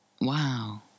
Wow